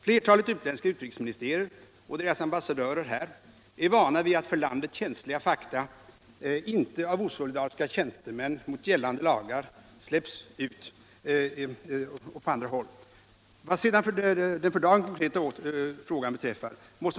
Flertalet utländska utrikesministerier och deras ambassadörer här är vana vid att för landet känsliga fakta inte av osolidariska tjänstemän mot gällande lagar släpps ut. Vad sedan angår den för dagen konkreta frågan måste.